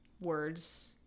words